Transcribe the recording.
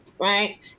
right